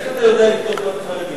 איך אתה יודע לבדוק מי חרדי,